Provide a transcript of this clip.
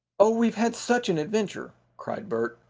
oh, we've had such an adventure, cried bert.